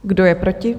Kdo je proti?